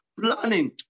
planning